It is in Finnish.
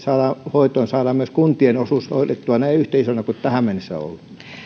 hoitoon saadaan myös kuntien osuus hoidettua yhtä isona kuin tähän mennessä on ollut